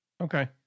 Okay